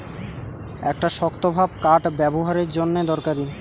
একটা শক্তভাব কাঠ ব্যাবোহারের জন্যে দরকারি